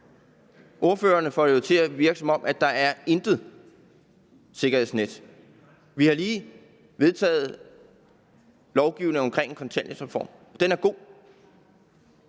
Ordføreren får det til at virke, som om der intet sikkerhedsnet er. Vi har lige vedtaget lovgivning om kontanthjælpsreformen. Den er god,